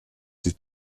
die